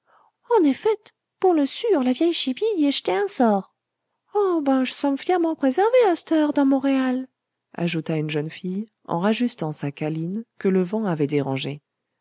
en effette pour le sûr la vieille chipie y ait jeté in sort ah ben j'sommes fiarement préservées à c't'heure dans montréal ajouta une jeune fille en rajustant sa câline que le vent avait dérangée